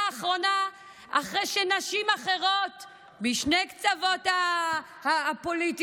האחרונה אחרי שנשים אחרות בשני הקצוות הפוליטיים,